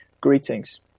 Greetings